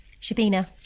Shabina